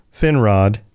Finrod